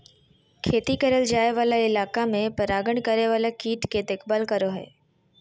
खेती करल जाय वाला इलाका में परागण करे वाला कीट के देखभाल करो हइ